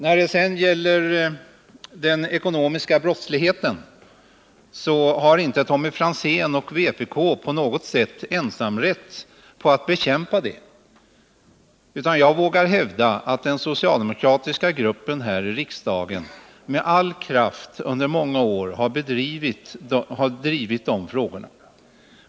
Tommy Franzén och vpk har inte på något sätt ensamrätt när det gäller att bekämpa den ekonomiska brottsligheten. Jag vågar hävda att den socialdemokratiska gruppen i riksdagen med all kraft under många år har drivit de frågorna.